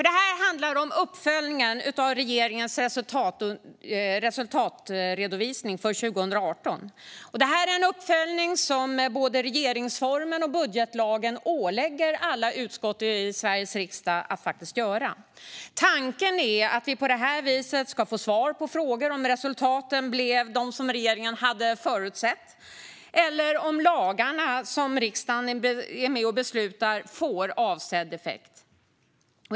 Det handlar om uppföljningen av regeringens resultatredovisning för 2018, en uppföljning som både regeringsformen och budgetlagen ålägger alla utskott i Sveriges riksdag att göra. Tanken är att vi på detta vis ska få svar på om resultaten blev de regeringen förutsåg och om lagarna som riksdagen beslutade om fick avsedd effekt.